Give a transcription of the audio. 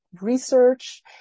research